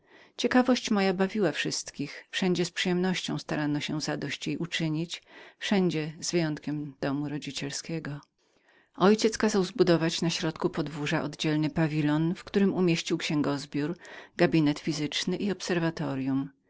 ciekawość moja bawiła wszystkich wszędzie z przyjemnością starano się zadość jej uczynić tak jest wszędzie wyjąwszy w domu rodzicielskim mój ojciec kazał był zbudować na środku podwórza oddzielny pawilon w którym umieścił księgozbiór gabinet fizyczny i obserwatoryum